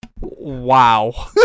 wow